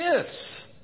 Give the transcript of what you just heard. gifts